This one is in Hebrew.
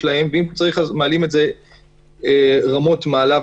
ואם צריך מעלים את זה לרמות מעליהם.